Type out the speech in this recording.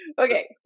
Okay